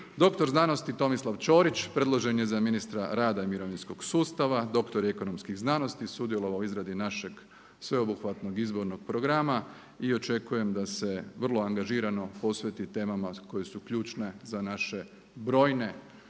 Dr. znanosti Tomislav Ćorić predložen je za ministra rada i mirovinskog sustava, dr. je ekonomskih znanosti, sudjelovao u izradi našeg, sveobuhvatnog izbornog programa i očekujem da se vrlo angažirano posveti temama koje su ključne za naše brojne